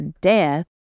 death